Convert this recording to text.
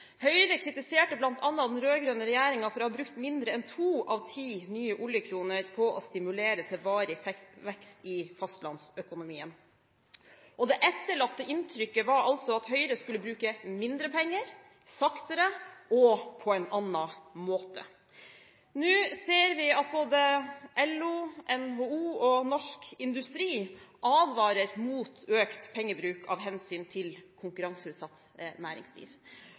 Høyre kritiserte den rød-grønne regjeringen bl.a. for å ha brukt mindre enn to av ti nye oljekroner på å stimulere til varig vekst i fastlandsøkonomien. Det etterlatte inntrykket var at Høyre skulle bruke mindre penger, saktere og på en annen måte. Nå ser vi at LO, NHO og norsk industri advarer mot økt pengebruk av hensyn til konkurranseutsatt næringsliv.